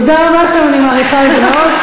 תודה רבה לכם, אני מעריכה את זה מאוד.